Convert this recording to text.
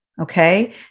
okay